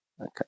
Okay